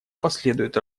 последуют